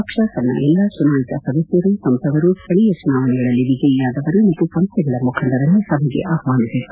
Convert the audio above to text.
ಪಕ್ಷ ತನ್ನ ಎಲ್ಲಾ ಚುನಾಯಿತ ಸದಸ್ಕರು ಸಂಸದರು ಸ್ಥಳೀಯ ಚುನಾವಣೆಗಳಲ್ಲಿ ವಿಜಯಿಯಾದವರು ಮತ್ತು ಸಂಸ್ಥೆಗಳ ಮುಖಂಡರನ್ನು ಸಭೆಗೆ ಆಹ್ವಾನಿಸಿತ್ತು